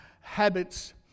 habits